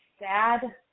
sad